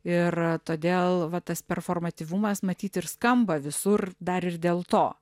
ir todėl va tas performatyvumas matyti ir skamba visur dar ir dėl to